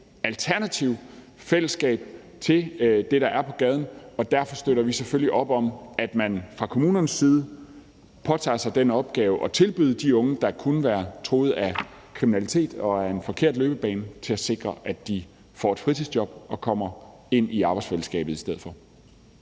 alternativt fællesskab til det, der er på gaden. Derfor støtter vi selvfølgelig op om, at man fra kommunernes side påtager sig den opgave at tilbyde de unge, der kunne være truet af kriminalitet og af en forkert løbebane, et fritidsjob og sikre, at de kommer ind i arbejdsfællesskabet i stedet for.